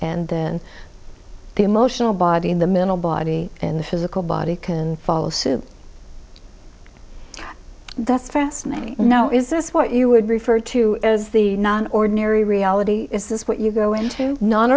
and then the emotional body in the mental body in the physical body can follow suit that's fascinating no is this what you would refer to as the ordinary reality is this what you go into non